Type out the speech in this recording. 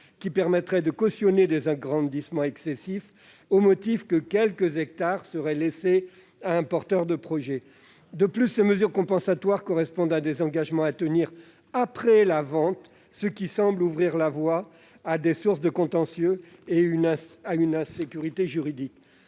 qui permettraient de cautionner des agrandissements excessifs au motif que quelques hectares seraient laissés à un porteur de projet. De plus, ces mesures compensatoires correspondent à des engagements à tenir après la vente, ce qui semble ouvrir la voie à des contentieux et à une insécurité juridique.